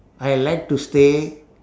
I like to stay